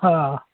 હા